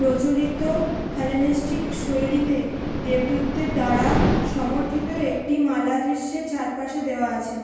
প্রচলিত হেলেনিস্টিক শৈলীতে দেবদূতদের দ্বারা সমর্থিত একটি মালা দৃশ্যের চারপাশে দেওয়া আছে